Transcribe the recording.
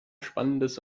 spannendes